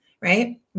right